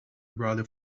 brolly